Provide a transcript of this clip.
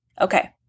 Okay